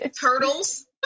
Turtles